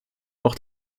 auch